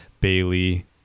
Bailey